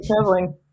traveling